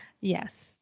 Yes